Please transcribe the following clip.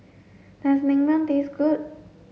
does Naengmyeon taste good